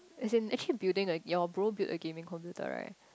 as in actually building the your bro build a gaming computer right